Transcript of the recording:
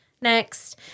next